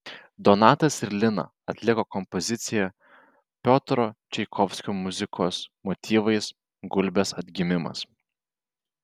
donatas ir lina atliko kompoziciją piotro čaikovskio muzikos motyvais gulbės atgimimas